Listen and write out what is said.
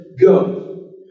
go